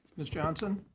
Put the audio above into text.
ms. johnson.